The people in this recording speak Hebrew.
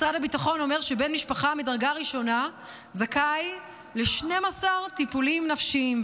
משרד הביטחון אומר שבן משפחה מדרגה ראשונה זכאי ל-12 טיפולים נפשיים.